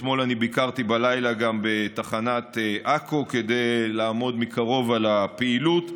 אתמול ביקרתי בלילה גם בתחנת עכו כדי לעמוד מקרוב על הפעילות.